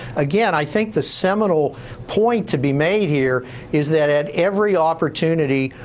again, i think the seminal point to be made here is that at every opportunity,